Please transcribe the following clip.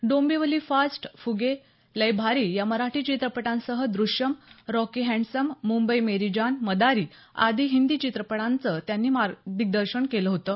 Dombivli fast फुगे लय भारी या मराठी चित्रपटांसह दुश्यम रॉकी हँडसम मुंबई मेरी जान मदारी आदी हिंदी चित्रपटांचं त्यांनी दिग्दर्शन केलं होतं